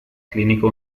clínico